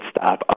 stop